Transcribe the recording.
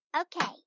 Okay